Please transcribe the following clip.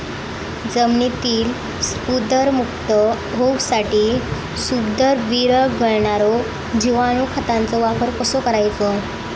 जमिनीतील स्फुदरमुक्त होऊसाठीक स्फुदर वीरघळनारो जिवाणू खताचो वापर कसो करायचो?